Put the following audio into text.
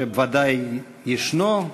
שוודאי ישנו.